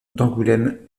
d’angoulême